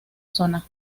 zona